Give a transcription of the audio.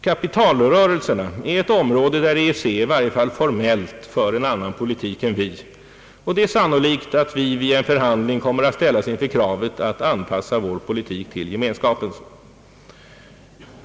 Kapitalrörelserna är ett område där EEC, i varje fall formellt, för en annan politik än vi. Det är sannolikt att vi vid en förhandling kommer att ställas inför kravet att anpassa vår politik till gemenskapens.